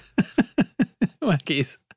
Wackies